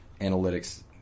analytics